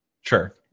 Sure